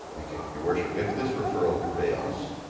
your worship, if this referral fails,